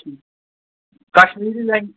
ٹھِ Kashmiri لینٛگ